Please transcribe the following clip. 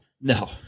No